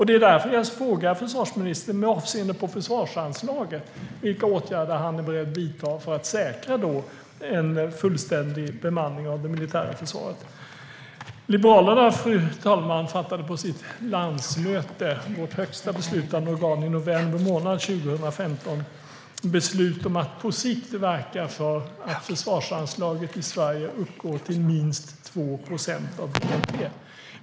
Det är därför jag frågar försvarsministern, med avseende på försvarsanslagen, vilka åtgärder han är beredd att vidta för att säkra en fullständig bemanning av det militära försvaret. Liberalerna, fru talman, fattade på landsmötet, vårt högsta beslutande organ, i november månad 2015 beslut om att på sikt verka för att försvarsanslaget i Sverige uppgår till minst 2 procent av bnp.